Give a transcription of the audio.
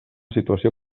situació